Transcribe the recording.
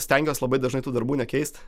stengiuos labai dažnai tų darbų nekeist